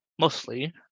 Mostly